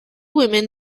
women